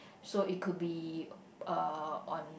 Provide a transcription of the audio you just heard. so it could be uh on